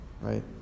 right